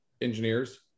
engineers